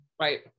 Right